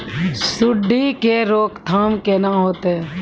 सुंडी के रोकथाम केना होतै?